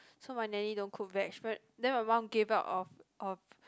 so my nanny don't cook veg then my mum gave up of of